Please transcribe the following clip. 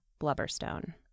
Blubberstone